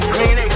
Green